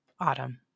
Autumn